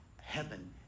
heaven